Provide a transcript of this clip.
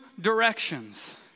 directions